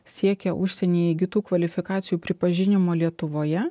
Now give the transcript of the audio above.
siekia užsienyje įgytų kvalifikacijų pripažinimo lietuvoje